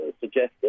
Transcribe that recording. suggested